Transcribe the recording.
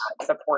support